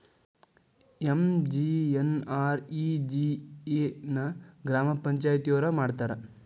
MGNREGA ನ ಗ್ರಾಮ ಪಂಚಾಯತಿಯೊರ ಮಾಡ್ತಾರಾ?